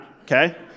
okay